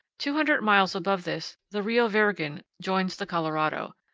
two hundred miles above this the rio virgen joins the colorado.